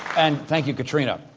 and thank you, katrina.